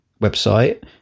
website